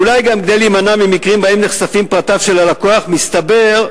אולי גם כדי להימנע ממקרים שבהם נחשפים פרטיו של הלקוח ומסתבר